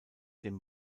dem